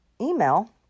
email